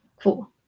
Cool